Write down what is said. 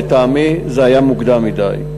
לטעמי זה היה מוקדם מדי.